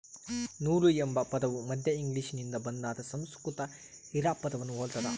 ನೂಲು ಎಂಬ ಪದವು ಮಧ್ಯ ಇಂಗ್ಲಿಷ್ನಿಂದ ಬಂದಾದ ಸಂಸ್ಕೃತ ಹಿರಾ ಪದವನ್ನು ಹೊಲ್ತದ